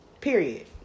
Period